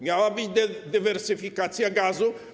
Miała być dywersyfikacja gazu.